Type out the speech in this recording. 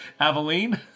Aveline